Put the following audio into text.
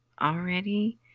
already